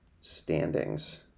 standings